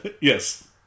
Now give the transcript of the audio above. Yes